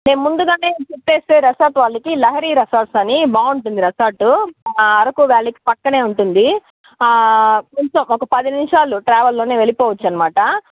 మేము ముందుగానే చెప్పేస్తే రెసార్ట్ వాళ్ళకి లహరి రెసార్ట్స్ అని బాగుంటుంది రెసార్ట్ అరకు వ్యాలీకి పక్కనే ఉంటుంది కొంచెం ఒక పది నిమిషాల్లో ట్రావెల్లోనే వెళ్ళిపోవచ్చు అనమాట